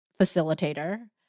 facilitator